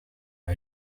癌症